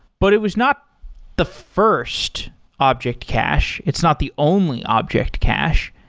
but it was not the first object cache. it's not the only object cache.